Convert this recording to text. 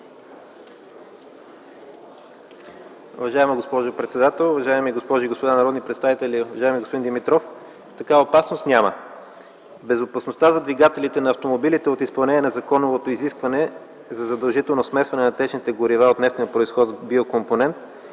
Уважаема госпожо председател, уважаеми госпожи и господа народни представители, уважаеми господин Димитров! Такава опасност няма. Безопасността за двигателите на автомобилите от изпълнение на законовото изискване за задължително смесване на течните горива от нефтен произход с биокомпоненет